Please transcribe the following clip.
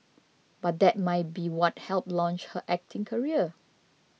but that might be what helped launch her acting career